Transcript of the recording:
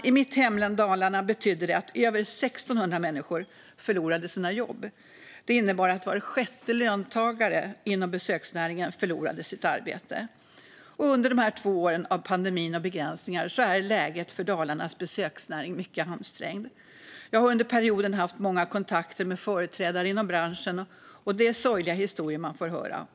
I mitt hemlän Dalarna betydde det att över 1 600 människor förlorade sina jobb. Det innebär att var sjätte löntagare inom besöksnäringen förlorade sitt arbete. Under de här två åren av pandemi och begränsningar har läget för Dalarnas besöksnäring varit mycket ansträngd. Jag har under perioden haft många kontakter med företrädare inom branschen, och det är sorgliga historier man får höra.